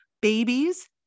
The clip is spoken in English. babies